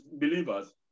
believers